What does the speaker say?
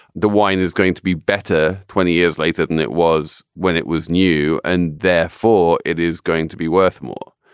the wine is going to be better twenty years later than it was when it was new and therefore it is going to be worth more.